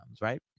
right